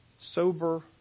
sober